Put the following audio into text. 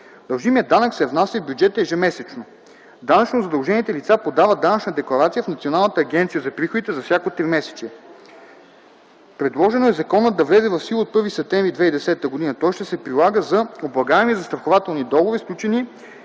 Дължимият данък се внася в бюджета ежемесечно. Данъчно задължените лица подават данъчна декларация в Националната агенция за приходите за всяко тримесечие. Предложено е законът да влезе в сила от 1 септември 2010 г. Той ще се прилага за облагаеми застрахователни договори, сключени